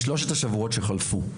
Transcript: בשלושת השבועות שחלפו,